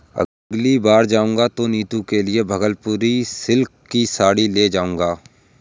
अगली बार आऊंगा तो नीतू के लिए भागलपुरी सिल्क की साड़ी ले जाऊंगा